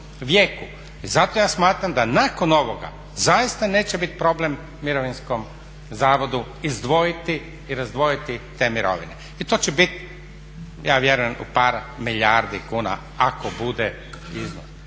I zato ja smatram da nakon ovoga zaista neće biti problem Mirovinskom zavodu izdvojiti i razdvojiti te mirovine. I to će bit ja vjerujem u par milijardi kuna ako bude.